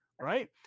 right